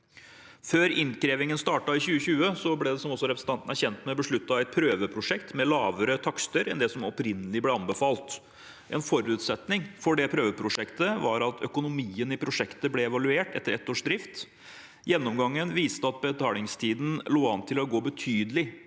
Før innkrevingen startet i 2020, ble det, som også representanten er kjent med, besluttet et prøveprosjekt med lavere takster enn det som opprinnelig ble anbefalt. En forutsetning for det prøveprosjektet var at økonomien i prosjektet ble evaluert etter ett års drift. Gjennomgangen viste at nedbetalingstiden lå an til å gå betydelig